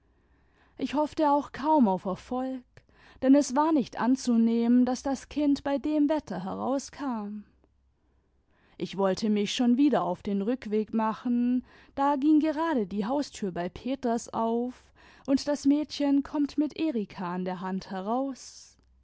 ich hoffte auch kaum auf erfolge denn es war nicht anzunehmen daß das kind bei dem wetter herauskam ich wollte mich schon wieder auf den rückweg machen da ging gerade die haustür bei peters auf und das mädchen kommt mit erika an der hand heraus